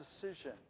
decision